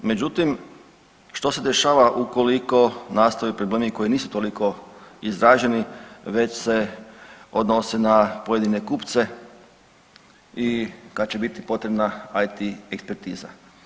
Međutim, što se dešava ukoliko nastaju problemi koji nisu toliko izraženi već se odnose na pojedine kupce i kad će biti potrebna IT ekspertiza.